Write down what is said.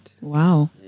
Wow